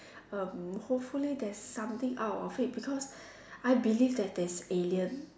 um hopefully there's something out of it because I believe that there is alien